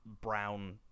brown